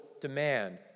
demand